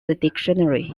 dictionary